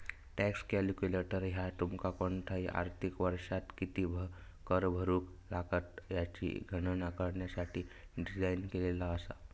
tax calculator ह्या तुमका कोणताही आर्थिक वर्षात किती कर भरुक लागात याची गणना करण्यासाठी डिझाइन केलेला असा